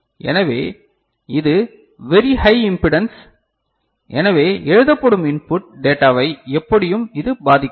எனவே இது very high impedance எனவே எழுதப்படும் இன்புட் டேட்டாவை எப்படியும் இது பாதிக்காது